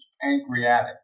pancreatic